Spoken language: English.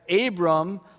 Abram